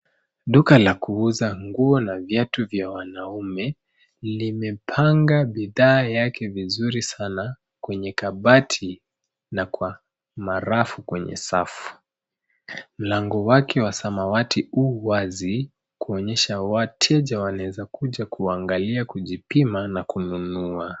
Duka la kuuza nguo na viatu vya wanaume, limepanga bidhaa yake vizuri sana, kwenye kabati, na kwa marafu kwenye safu. Mlango wake wa samawati u wazi, kuonyesha wateja wanaweza kuja kuangalia, kujipima, na kununua.